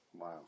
Wow